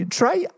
try